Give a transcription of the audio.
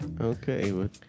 Okay